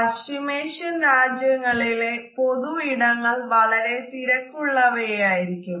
പശ്ചിമേഷ്യൻ നാടുകളിലെ പൊതു ഇടങ്ങൾ വളരെ തിരക്കുള്ളവയായിരിക്കും